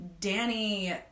Danny